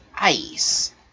ice